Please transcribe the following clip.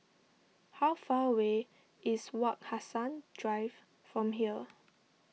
how far away is Wak Hassan Drive from here